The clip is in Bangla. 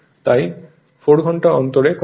তাই 4 ঘন্টা অন্তরে কোন নো লোড কপার লস 0 হয়